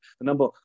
number